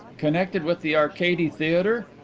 connected with the arcady theatre?